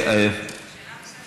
יש לי שאלה נוספת.